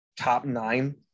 top-nine